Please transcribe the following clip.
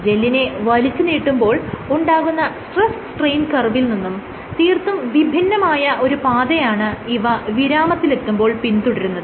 ജെല്ലിനെ വലിച്ചുനീട്ടുമ്പോൾ ഉണ്ടാകുന്ന stress strain കർവിൽ നിന്നും തീർത്തും വിഭിന്നമായ ഒരു പാതയാണ് ഇവ വിരാമത്തിലെത്തുമ്പോൾ പിന്തുടരുന്നത്